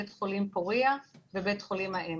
בית חולים פורייה ובית חולים העמק.